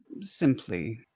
Simply